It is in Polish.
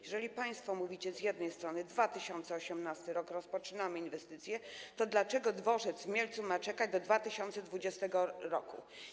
Jeżeli państwo mówicie z jednej strony, że w 2018 r. rozpoczynamy inwestycje, to dlaczego dworzec w Mielcu ma czekać do 2020 r.